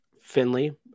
Finley